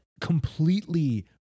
completely